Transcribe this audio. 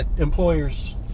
Employers